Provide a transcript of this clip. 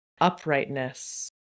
uprightness